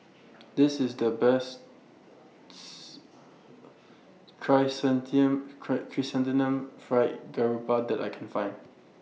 This IS The Best Chrysanthemum Fried Garoupa that I Can Find